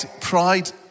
pride